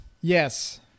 Yes